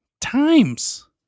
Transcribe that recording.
times